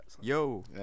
Yo